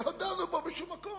שלא דנו בו בשום מקום,